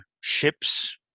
ships